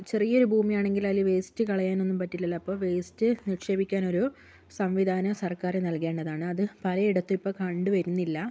ചെറിയൊരു ഭൂമിയാണെങ്കിൽ അതിൽ വേസ്റ്റ് കളയാനൊന്നും പറ്റില്ലല്ലോ അപ്പോൾ വേസ്റ്റ് നിക്ഷേപിക്കാനൊരു സംവിധാനം സർക്കാർ നൽകേണ്ടതാണ് അത് പലയിടത്തും ഇപ്പോൾ കണ്ടുവരുന്നില്ല